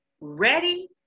ready